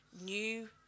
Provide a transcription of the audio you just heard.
new